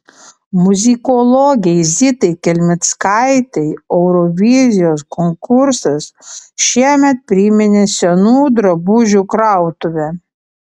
muzikologei zitai kelmickaitei eurovizijos konkursas šiemet priminė senų drabužių krautuvę